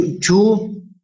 two